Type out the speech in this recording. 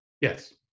Yes